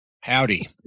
Howdy